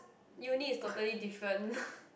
uni is totally different